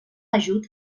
ajut